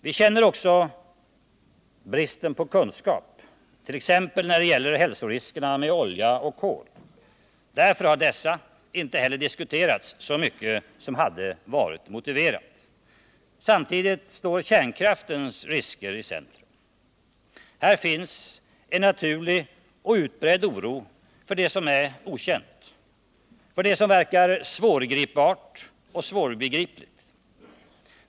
Vi känner också bristen på kunskap, t.ex. när det gäller hälsoriskerna med olja och kol. Därför har dessa inte heller diskuterats så mycket som hade varit motiverat. Samtidigt står kärnkraftens risker i centrum. Här finns en naturlig och utbredd oro för det som är okänt, för det som verkar svårgripbart och svårbegripligt.